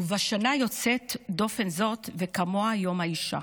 ובשנה יוצאת דופן זאת, וכמוה יום האישה,